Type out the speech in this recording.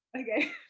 Okay